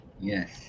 Yes